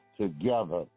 together